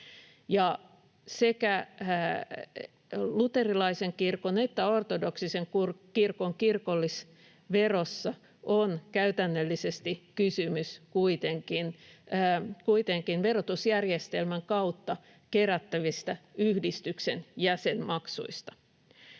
sekä luterilaisen kirkon että ortodoksisen kirkon kirkollisverossa on käytännöllisesti kysymys kuitenkin verotusjärjestelmän kautta kerättävistä yhdistyksen jäsenmaksuista.